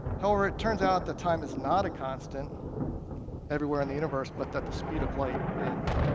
however, it turns out that time is not a constant everywhere in the universe, but that the speed of light is.